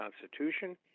Constitution